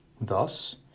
Thus